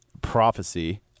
prophecy